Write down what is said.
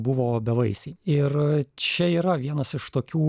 buvo bevaisiai ir čia yra vienas iš tokių